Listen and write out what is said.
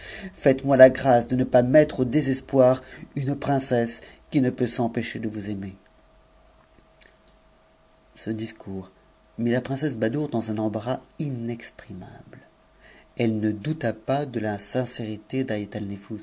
faites-moi la grâce de ne pas mettre ax désespoir une princesse qui ne peut s'empêcher de vous aimer a au ce discours mit la princesse badoure dans un embarras inexprimable elle ne douta pas de la sincérité